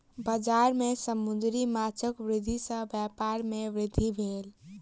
बजार में समुद्री माँछक वृद्धि सॅ व्यापार में वृद्धि भेल